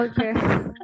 Okay